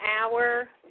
hour